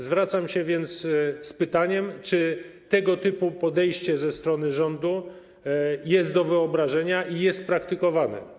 Zwracam się więc z pytaniem: Czy tego typu podejście ze strony rządu jest do wyobrażenia i czy jest praktykowane?